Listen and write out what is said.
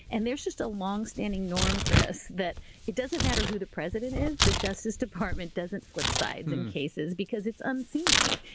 and there's just a longstanding norm, chris, that it doesn't matter who the president is the justice department doesn't flip sides in cases because it's unseemly,